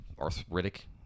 arthritic